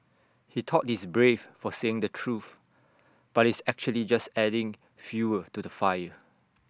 he thought he's brave for saying the truth but he's actually just adding fuel to the fire